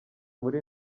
muri